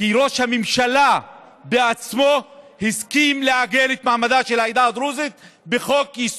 כי ראש הממשלה בעצמו הסכים לעגן את מעמדה של העדה הדרוזית בחוק-יסוד.